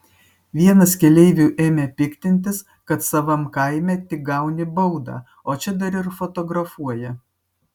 vienas keleivių ėmė piktintis kad savam kaime tik gauni baudą o čia dar ir fotografuoja